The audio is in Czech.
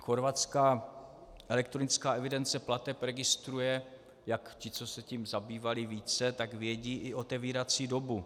Chorvatská elektronická evidence plateb registruje, jak ti, co se tím zabývali více, vědí, i otevírací dobu.